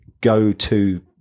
go-to